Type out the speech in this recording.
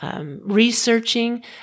Researching